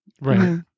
right